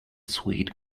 sweet